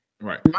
Right